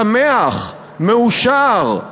שמח, מאושר.